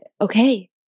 okay